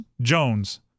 Jones